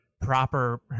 proper